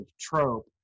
trope